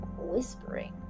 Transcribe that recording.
whispering